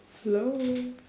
hello